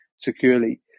securely